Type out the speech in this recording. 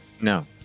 No